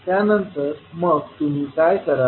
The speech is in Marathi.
त्यानंतर मग तुम्ही काय कराल